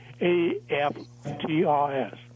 AFTRS